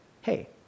hey